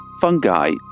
fungi